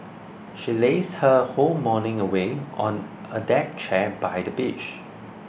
she lazed her whole morning away on a deck chair by the beach